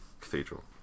Cathedral